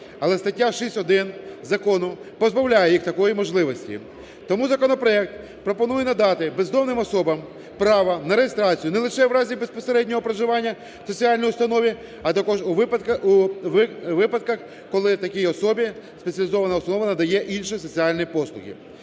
але стаття 6.1 закону позбавляє їх такої можливості. Тому законопроект пропонує надати бездомним особам право на реєстрацію не лише в разі безпосереднього проживання в соціальній установі, а також у випадках, коли такій особі спеціалізована установа надає інші соціальні послуги.